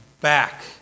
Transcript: back